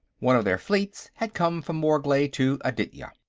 one of their fleets had come from morglay to aditya.